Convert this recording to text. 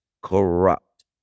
corrupt